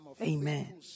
Amen